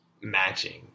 matching